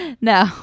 no